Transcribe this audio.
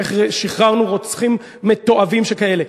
איך שחררנו רוצחים מתועבים שכאלה.